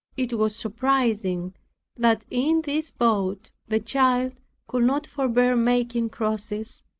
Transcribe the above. it was surprising that in this boat the child could not forbear making crosses,